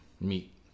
meet